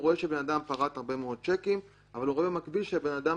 הוא רואה שאדם פרט הרבה מאוד צ'קים אבל הוא במקביל שהאדם